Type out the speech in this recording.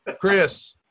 Chris